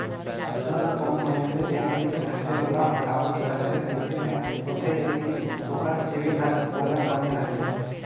सरलग कोनो मइनसे जेन किस्त रहथे ओला पटावत रहथे अइसे में होथे ए कि ओकर सिविल हर सरलग बने रहथे